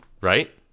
right